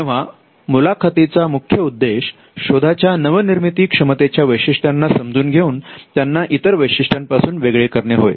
तेव्हा मुलाखतीचा मुख्य उद्देश शोधाच्या नवनिर्मिती क्षमते च्या वैशिष्ट्यांना समजून घेऊन त्यांना इतर वैशिष्ट्यांपासून वेगळे करणे होय